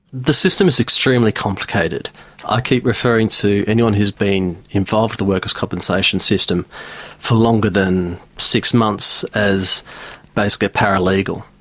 the system is extremely complicated i keep referring to anyone who has been involved with the workers compensation system for longer than six months as basically a paralegal.